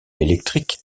électrique